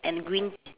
and green